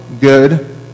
good